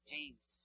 James